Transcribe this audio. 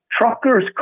truckers